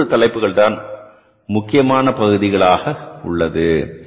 இந்த மூன்று தலைப்புகள் தான் முக்கியமான பகுதிகளாக உள்ளது